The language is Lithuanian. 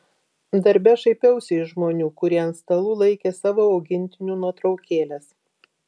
darbe šaipiausi iš žmonių kurie ant stalų laikė savo augintinių nuotraukėles